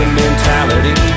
mentality